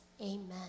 Amen